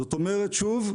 זאת אומרת שוב,